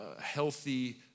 healthy